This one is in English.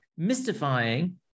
mystifying